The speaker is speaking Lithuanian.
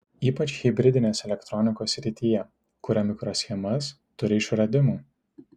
ypač hibridinės elektronikos srityje kuria mikroschemas turi išradimų